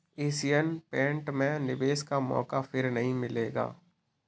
Asian Paint में निवेश का मौका फिर नही मिलेगा